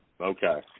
Okay